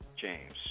James